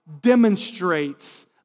demonstrates